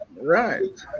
Right